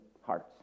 hearts